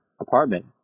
apartment